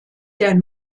der